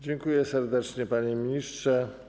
Dziękuję serdecznie, panie ministrze.